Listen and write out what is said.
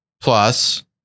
Plus